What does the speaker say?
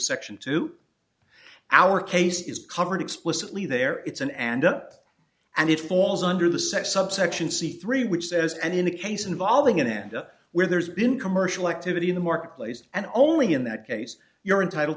section two our case is covered explicitly there it's an and up and it falls under the sex subsection c three which says and in the case involving enda where there's been commercial activity in the marketplace and only in that case you're entitle